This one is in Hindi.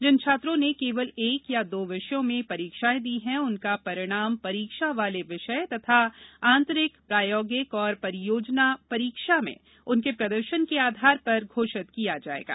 जिन छात्रों ने केवल एक या दो विषयों में परीक्षा दी है उनका परिणाम परीक्षा वाले विषय तथा आतंरिक प्रायोगिक और परियोजना परीक्षा में उनके प्रदर्शन के आधार पर घोषित किया जाएगा